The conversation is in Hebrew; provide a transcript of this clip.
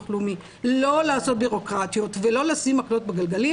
לאומי לא לעשות בירוקרטיות ולא לשים מקלות בגלגלים,